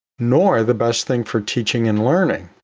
nor the best thing for teaching and learning.